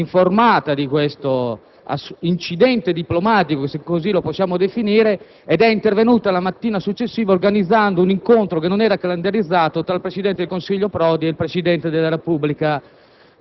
informata di questo incidente diplomatico (se così lo possiamo definire) ed è intervenuta la mattina successiva organizzando un incontro, che non era calendarizzato, tra il presidente del Consiglio Prodi ed il Presidente della Repubblica